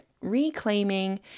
reclaiming